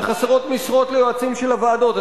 וחסרות משרות ליועצים של הוועדות,